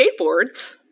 skateboards